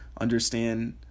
understand